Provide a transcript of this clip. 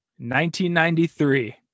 1993